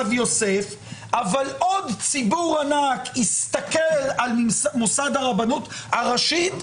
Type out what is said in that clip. יוסף אבל עוד ציבור ענק יסתכל על מוסד הרבנות הראשית וייגעל,